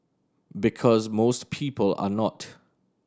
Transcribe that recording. because most people are not